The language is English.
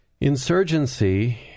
Insurgency